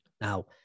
Now